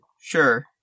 Sure